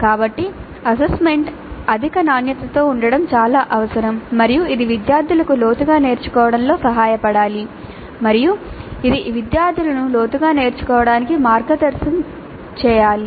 కాబట్టి అసెస్మెంట్ అధిక నాణ్యతతో ఉండటం చాలా అవసరం మరియు ఇది విద్యార్థులను లోతుగా నేర్చుకోవడంలో సహాయపడాలి మరియు ఇది విద్యార్థులను లోతుగా నేర్చుకోవడానికి మార్గనిర్దేశం చేయాలి